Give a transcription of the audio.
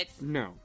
No